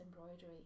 embroidery